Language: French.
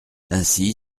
ainsi